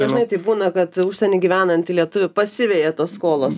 dažnai taip būna kad užsieny gyvenantį lietuvį pasiveja tos skolos